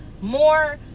more